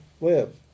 live